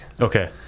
Okay